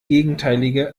gegenteilige